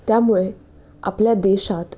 त्यामुळे आपल्या देशात